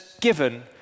given